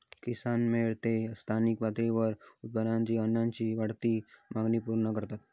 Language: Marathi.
किसान मंडी ते स्थानिक पातळीवर उत्पादित अन्नाची वाढती मागणी पूर्ण करतत